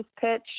pitch